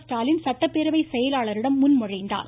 ஸ்டாலின் சட்டப்பேரவை செயலாளரிடம் முன்மொழிந்தார்